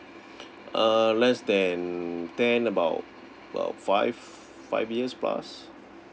err less than ten about about five five years plus